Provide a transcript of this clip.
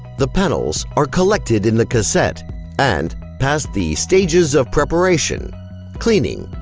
the panels are collected in the cassette and pass the stages of preparation cleaning,